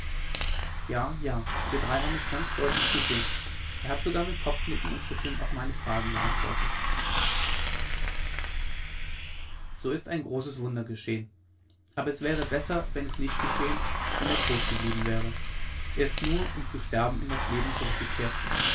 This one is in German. ja ja wir drei haben es ganz deutlich gesehen er hat sogar mit kopfnicken und schütteln auf meine fragen geantwortet so ist ein großes wunder geschehen aber es wäre besser wenn es nicht geschehen wenn er tot geblieben wäre er ist nur um zu sterben in das leben zurückgekehrt